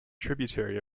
tributary